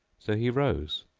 so he rose,